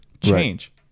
change